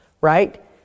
right